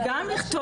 שיודעים גם לכתוב,